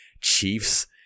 Chiefs